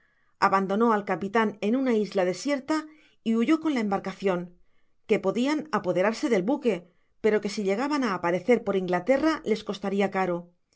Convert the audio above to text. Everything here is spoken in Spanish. abandonó al capitan en una isla desierta y huyó con la embarcacion que podian apoderarse del buque pero que si llegaban á aparecer por inglaterra les costaria caro